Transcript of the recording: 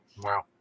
Wow